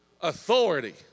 authority